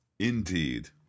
indeed